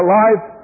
life